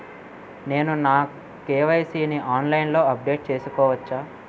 నేను నా కే.వై.సీ ని ఆన్లైన్ లో అప్డేట్ చేసుకోవచ్చా?